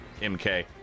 MK